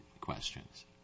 questions